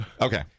Okay